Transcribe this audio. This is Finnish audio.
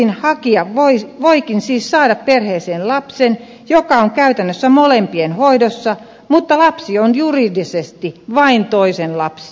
yksinhakija voikin siis saada perheeseen lapsen joka on käytännössä molempien hoidossa mutta lapsi on juridisesti vain toisen lapsi